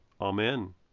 Amen